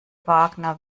wagner